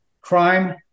crime